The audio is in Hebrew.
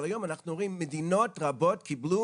אבל היום אנחנו רואים שמדינות רבות קיבלו